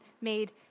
made